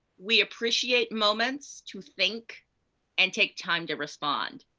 we appreciate moments to think and take time to respond.